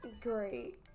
great